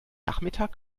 nachmittag